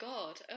God